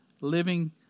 Living